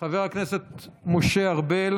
חבר הכנסת משה ארבל